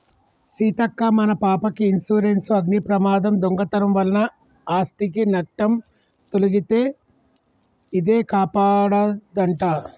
సీతక్క మన పాపకి ఇన్సురెన్సు అగ్ని ప్రమాదం, దొంగతనం వలన ఆస్ధికి నట్టం తొలగితే ఇదే కాపాడదంట